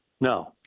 No